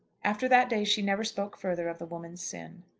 after that day she never spoke further of the woman's sin.